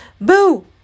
Boo